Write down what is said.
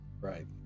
Right